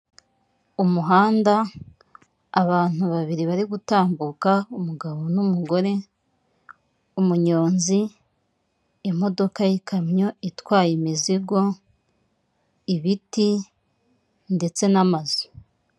Umuhanda, abantu babiri bari gutambuka, umugabo n'umugore, umunyonzi, imodoka y'ikamyo itwaye imizigo ibiti ndetse n'amazu.